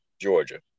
Georgia